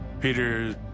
Peter